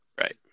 Right